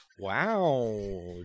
Wow